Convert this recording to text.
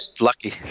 lucky